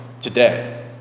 today